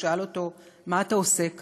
הוא שאל אותו: מה אתה עושה כאן?